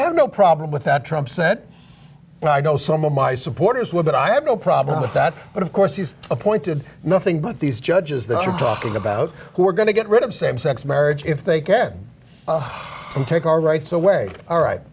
have no problem with that trump said and i know some of my supporters will but i have no problem with that but of course he's appointed nothing but these judges that i'm talking about who are going to get rid of same sex marriage if they can take our rights away all right